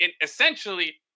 Essentially